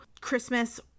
Christmas